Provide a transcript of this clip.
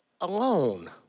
alone